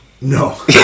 No